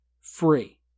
free